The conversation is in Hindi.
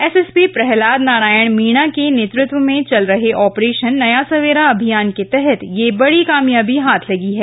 एसएसपी प्रहलाद नारायण मीणा के नेतृत्व में चल रहे ऑपरेशन नया सवेरा अभियान के तहत यह बड़ी कामयाबी हाथ लगी है